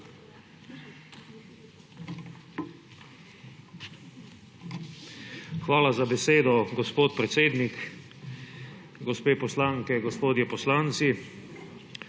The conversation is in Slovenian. Hvala za besedo, gospod predsednik. Gospe poslanke, gospodje poslanci!